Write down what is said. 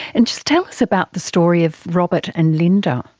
and just tell us about the story of robert and linda.